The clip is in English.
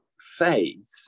faith